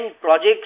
projects